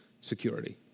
security